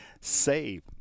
SAVE